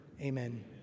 Amen